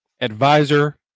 advisor